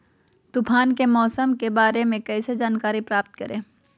तूफान के मौसम के बारे में कैसे जानकारी प्राप्त करें?